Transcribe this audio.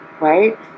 right